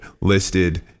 listed